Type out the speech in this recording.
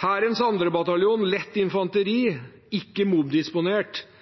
Hærens 2. bataljon er en lett infanteriavdeling, ikke